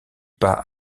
pas